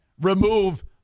remove